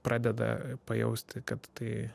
pradeda pajausti kad tai